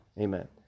Amen